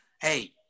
hey